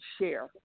share